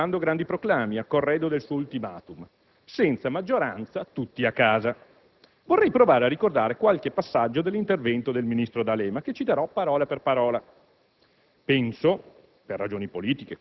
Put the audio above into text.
Solo una settimana fa è venuto al Senato lanciando grandi proclami a corredo del suo *ultimatum*: «Senza maggioranza tutti a casa». Vorrei provare a ricordare qualche passaggio dell'intervento del ministro D'Alema, che citerò parola per parola: